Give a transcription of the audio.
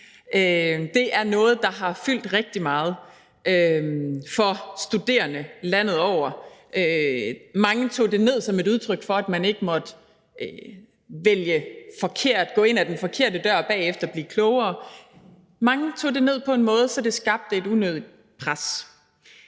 Det er noget, der har fyldt rigtig meget for studerende landet over. Mange tog det ned som et udtryk for, at man ikke måtte vælge forkert, altså gå ind ad den forkerte dør og bagefter blive klogere. Mange tog det ned på en måde, så det skabte et unødigt pres.